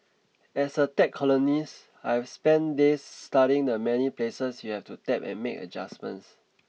as a tech columnist I've spent days studying the many places you have to tap and make adjustments